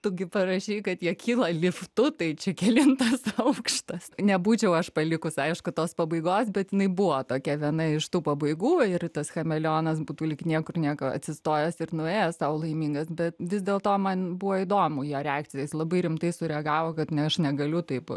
tu gi parašei kad jie kyla liftu tai čia kelintas aukštas nebūčiau aš palikus aišku tos pabaigos bet jinai buvo tokia viena iš tų pabaigų ir tas chameleonas būtų lyg niekur nieko atsistojęs ir nuėjęs sau laimingas bet vis dėlto man buvo įdomu jo reakcija jis labai rimtai sureagavo kad ne aš negaliu taip